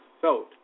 felt